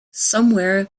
somewhere